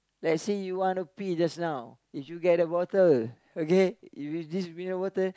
like say you wanna pee just now if you get a bottle okay if it's this mineral bottle